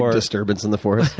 um disturbance in the force,